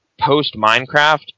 Post-Minecraft